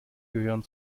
gehören